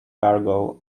cargo